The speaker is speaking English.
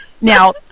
Now